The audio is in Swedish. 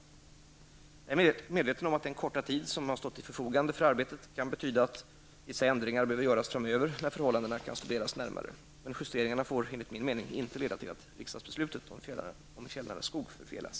Jag är medveten om att den korta tid som har stått till förfogande för arbetet kan innebära att vissa ändringar behöver göras framöver när förhållandena kan studeras närmare. Men justeringarna får enligt min mening inte leda till att riksdagsbeslutet om fjällnära skog förfelas.